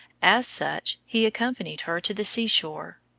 as such he accompanied her to the sea-shore,